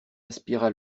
aspira